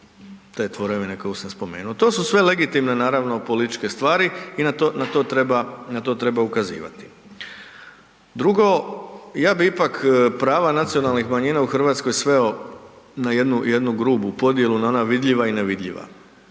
te tvorevine koju sam spomenuo. To su sve legitimne naravno političke stvari i na to treba i na to treba ukazivati. Drugo, ja bi ipak prava nacionalnih manjina u RH sveo na jednu, jednu grubu podjelu, na ona vidljiva i nevidljiva